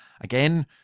again